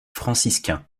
franciscain